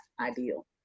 ideal